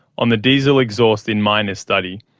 on the diesel exhaust in miners study.